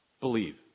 believe